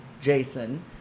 Jason